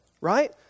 right